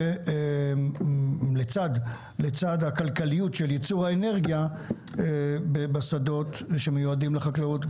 לצד הכלכליות של ייצור האנרגיה בשדות שמיועדים לחקלאות,